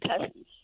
cousins